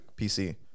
pc